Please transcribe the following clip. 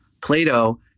Plato